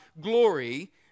glory